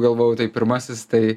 galvojau tai pirmasis tai